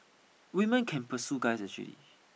women can pursue guys actually